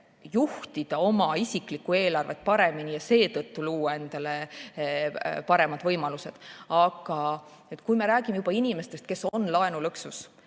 juhtida oma isiklikku eelarvet paremini ja seetõttu luua endale paremad võimalused. Aga rääkides inimestest, kes on laenulõksus,